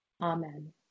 Amen